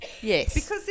Yes